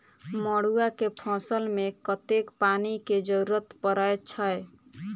मड़ुआ केँ फसल मे कतेक पानि केँ जरूरत परै छैय?